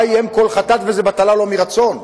חבר הכנסת חמד עמאר,